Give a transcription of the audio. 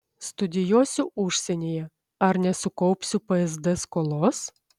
studijuosiu užsienyje ar nesukaupsiu psd skolos